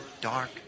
dark